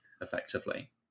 effectively